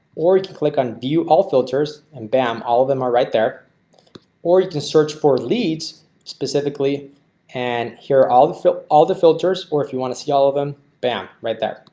or you can click on view all filters and bam all of them are right there or you can search for leads specifically and hear all the fill all the filters or if you want to see all of them bam right there.